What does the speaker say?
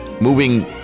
Moving